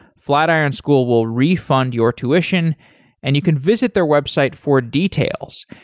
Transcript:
flatiron school will refund your tuition and you can visit their website for details.